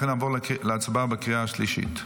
לכן נעבור להצבעה בקריאה השלישית.